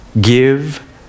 Give